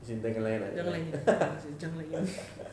as in tak akan layan ah